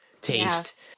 taste